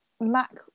mac